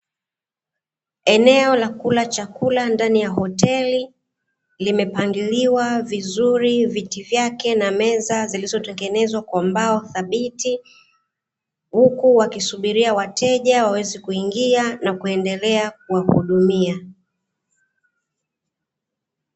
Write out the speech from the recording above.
Eneo la kula chakula ndani ya hoteli, limepangiliwa vizuri, viti vyake na meza zilizotengenezwa kwa mbao thabiti, huku wakisubiria wateja waweze kuingia na kuendelea kuwahudumia.